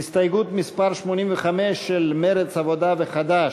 הסתייגות מס' 85, של מרצ, העבודה וחד"ש.